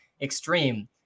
extreme